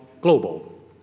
global